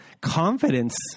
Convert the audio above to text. confidence